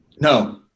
No